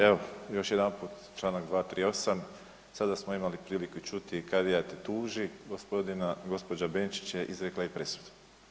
Evo još jedanput članak 238. sada smo imali priliku čuti „kadija te tuži“ gospođa Benčić je izrekla i presudu.